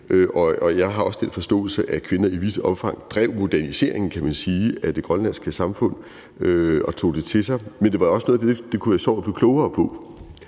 og jeg har også den forståelse, at kvinder i vidt omfang drev moderniseringen, kan man sige, af det grønlandske samfund og tog det til sig, men det var også noget af det, som det kunne være sjovt at blive klogere på.